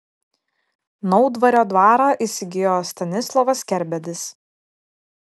naudvario dvarą įsigijo stanislovas kerbedis